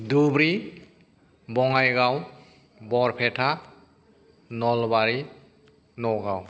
Dhubri Bongaigaon Barpeta Nalbari Nagaon